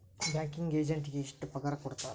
Banking ಎಜೆಂಟಿಗೆ ಎಷ್ಟ್ ಪಗಾರ್ ಕೊಡ್ತಾರ್?